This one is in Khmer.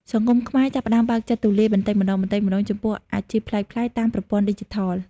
សង្គមខ្មែរចាប់ផ្តើមបើកចិត្តទូលាយបន្តិចម្តងៗ ចំពោះអាជីពប្លែកៗតាមប្រព័ន្ធឌីជីថល។